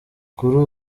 kuri